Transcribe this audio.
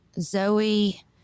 Zoe